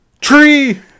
tree